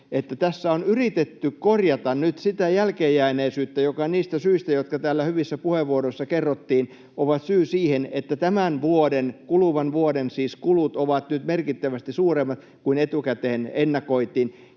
tässä on yritetty korjata nyt sitä jälkeenjääneisyyttä, jonka syitä täällä hyvissä puheenvuoroissa kerrottiin — ne ovat syy siihen, että tämän vuoden, siis kuluvan vuoden, kulut ovat nyt merkittävästi suuremmat kuin etukäteen ennakoitiin.